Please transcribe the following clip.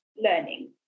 learning